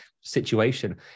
situation